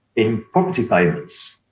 in property payments.